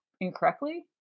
incorrectly